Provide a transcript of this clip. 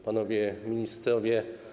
Panowie Ministrowie!